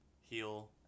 heal